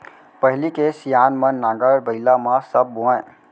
पहिली के सियान मन नांगर बइला म सब बोवयँ